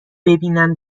ببینن